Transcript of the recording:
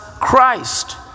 Christ